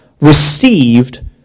received